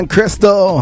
Crystal